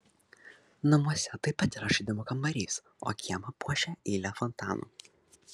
namuose taip pat yra žaidimų kambarys o kiemą puošia eilė fontanų